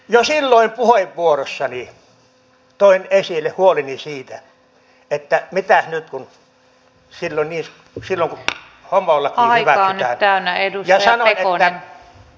jo silloin puheenvuorossani toin esille huoleni siitä että mitäs kun homolaki hyväksytään ja sanoin että kun antaa pahalle pikkusormen